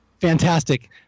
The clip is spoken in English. fantastic